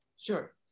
Sure